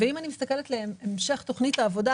אם אני מסתכלת על המשך תכנית העבודה,